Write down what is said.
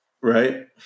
right